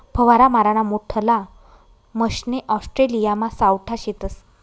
फवारा माराना मोठल्ला मशने ऑस्ट्रेलियामा सावठा शेतस